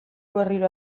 berriro